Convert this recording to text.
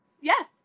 yes